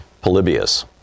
polybius